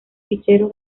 fichero